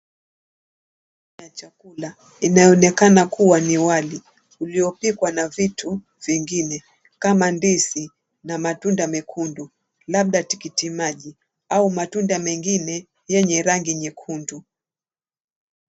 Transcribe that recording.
Chakula inayoonekana kuwa ni wali uliopikwa na vitu vingine kama ndizi na matunda mekundu labda tikiti maji au matunda mengine yenye rangi nyekundu.